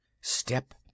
Step